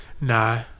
no